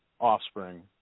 offspring